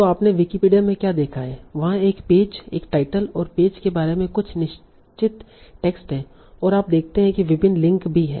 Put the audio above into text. तो आपने विकिपीडिया में क्या देखा है वहाँ एक पेज एक टाइटल और पेज के बारे में कुछ निश्चित टेक्स्ट हैं और आप देखते हैं कि विभिन्न लिंक भी हैं